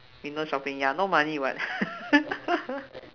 window shopping ya no money [what]